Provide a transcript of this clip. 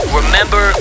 remember